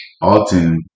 Alton